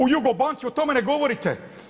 U jugobanci, o tome ne govorite.